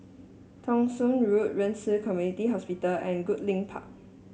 Thong Soon Road Ren Ci Community Hospital and Goodlink Park